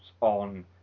on